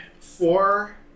four